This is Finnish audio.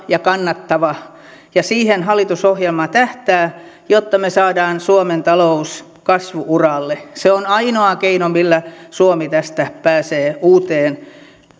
ja kannattavaa ja siihen hallitusohjelma tähtää jotta me saamme suomen talouden kasvu uralle se on ainoa keino millä suomi tästä pääsee uuteen